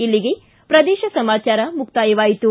ಇಲ್ಲಿಗೆ ಪ್ರದೇಶ ಸಮಾಚಾರ ಮುಕ್ತಾಯವಾಯಿತು